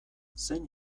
zein